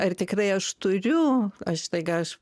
ar tikrai aš turiu aš staiga aš